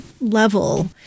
level